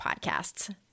podcasts